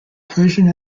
persian